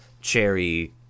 cherry